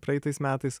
praeitais metais